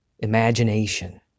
imagination